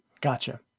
Gotcha